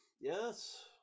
Yes